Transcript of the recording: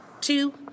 two